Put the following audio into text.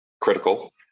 Critical